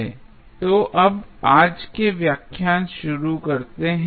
तो अब आज का व्याख्यान शुरू करते हैं